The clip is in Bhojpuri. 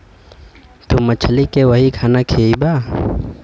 तू मछली के वही खाना खियइबा